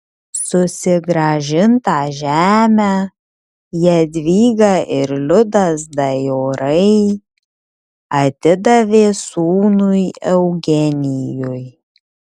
susigrąžintą žemę jadvyga ir liudas dajorai atidavė sūnui eugenijui